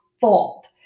fault